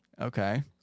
Okay